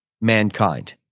mankind